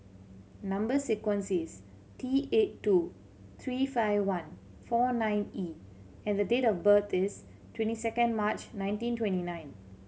number sequence is T eight two three five one four nine E and the date of birth is twenty second March nineteen twenty nine